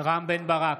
רם בן ברק,